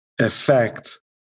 effect